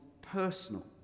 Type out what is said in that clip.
personal